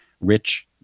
rich